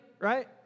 right